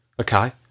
Okay